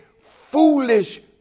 foolish